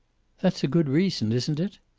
that's a good reason, isn't it?